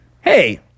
Hey